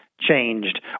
changed